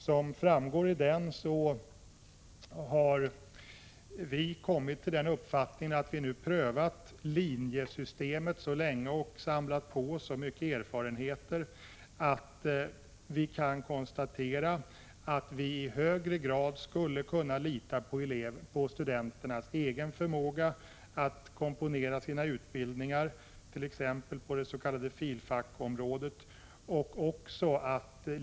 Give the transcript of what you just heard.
Som framgår av reservationen har vi kommit till den uppfattningen att vi har prövat linjesystemet så länge och att vi nu har samlat på oss så många erfarenheter att vi kan konstatera att vi i högre grad skulle kunna lita på studenternas egen förmåga att komponera sina utbildningar — t.ex. på det filosofiska fakultetsområdet.